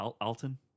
Alton